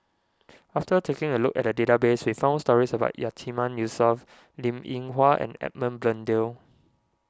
after taking a look at the database we found stories about Yatiman Yusof Linn in Hua and Edmund Blundell